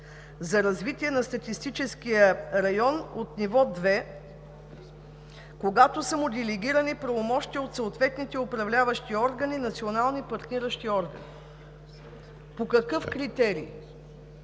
за развитие на статистическия район от ниво 2, когато са му делегирани правомощия от съответните управляващи органи/национални партниращи органи“. По какъв критерий?